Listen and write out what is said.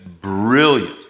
brilliant